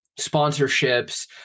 sponsorships